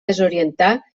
desorientar